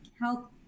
help